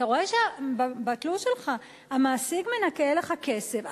אתה רואה שבתלוש שלך המעסיק מנכה לך כסף.